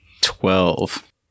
Twelve